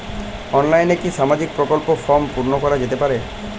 অনলাইনে কি সামাজিক প্রকল্পর ফর্ম পূর্ন করা যেতে পারে?